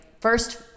first